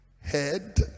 head